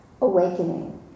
awakening